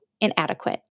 inadequate